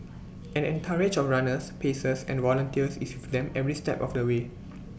an entourage of runners pacers and volunteers is with them every step of the way